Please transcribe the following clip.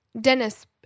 dennis